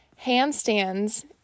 handstands